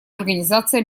организации